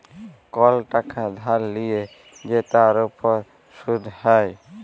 call টাকা ধার লিয়ে যে তার উপর শুধ হ্যয়